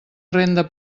renda